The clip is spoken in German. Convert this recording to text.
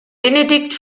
benedikt